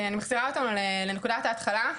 אני מחזירה אותנו לנקודת ההתחלה,